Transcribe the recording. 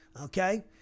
okay